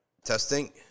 Testing